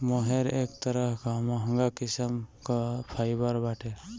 मोहेर एक तरह कअ महंग किस्म कअ फाइबर बाटे